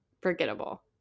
forgettable